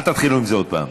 אל תתחילו עם זה עוד פעם.